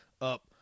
up